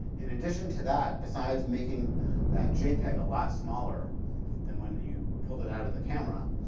in addition to that, besides making that jpeg a lot smaller than when you pulled it out of the camera,